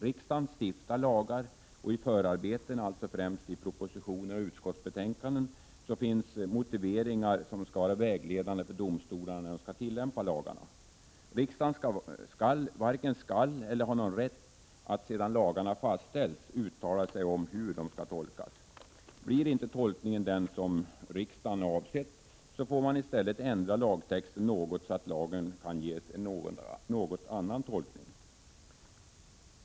Riksdagen stiftar lagar, och i förarbetena, främst i propositioner och utskottsbetänkanden, finns motiveringar som skall vara vägledande för domstolarna när de skall tillämpa lagarna. Riksdagen varken skall eller har något rätt att sedan lagarna fastställts uttala sig om hur de skall tolkas. Blir inte tolkningen den som riksdagen avsett får man i stället ändra lagtexten något, så att lagen kan ges en något annan tolkning.